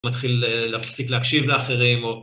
מתחיל להפסיק להקשיב לאחרים או...